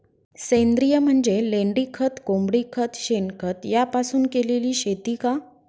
सेंद्रिय म्हणजे लेंडीखत, कोंबडीखत, शेणखत यापासून केलेली शेती का?